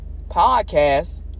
podcast